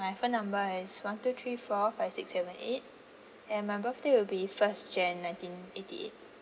my phone number is one two three four five six seven eight and my birthday will be first january nineteen eighty eight